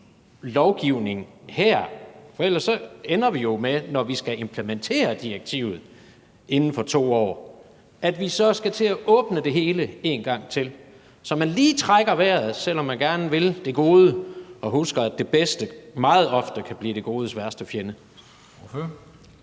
lovgivning her? For ellers ender vi jo med, når vi skal implementere direktivet inden for 2 år, at vi så skal til at åbne det hele en gang til – så man lige trækker vejret, selv om man gerne vil det gode, og husker, at det bedste meget ofte kan blive det godes værste fjende.